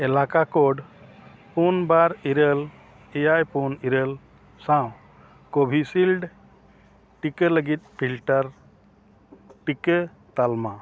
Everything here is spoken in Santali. ᱮᱞᱟᱠᱟ ᱯᱩᱱ ᱵᱟᱨ ᱤᱨᱟᱹᱞ ᱮᱭᱟᱭ ᱯᱩᱱ ᱤᱨᱟᱹᱞ ᱥᱟᱶ ᱴᱤᱠᱟᱹ ᱞᱟᱹᱜᱤᱫ ᱴᱤᱠᱟᱹ ᱛᱟᱞᱢᱟ